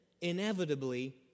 inevitably